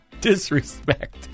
disrespect